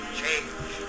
change